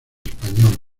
español